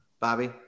Bobby